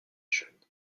jeunes